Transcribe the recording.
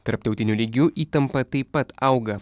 tarptautiniu lygiu įtampa taip pat auga